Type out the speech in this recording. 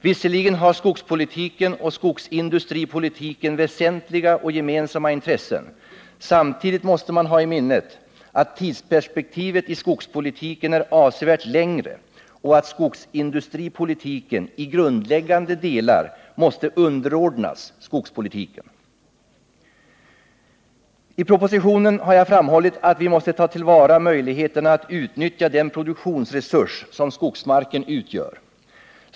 Visserligen har skogspolitiken och skogsindustripolitiken väsentliga och gemensamma intressen, men samtidigt måste man ha i minnet att tidsperspektivet i skogspolitiken är avsevärt längre och att skogsindustripolitiken i grundläggande delar måste underordnas skogspolitiken. I propositionen har jag framhållit att vi måste ta till vara möjligheten att utnyttja den produktionsresurs som skogsmarken utgör.